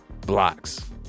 blocks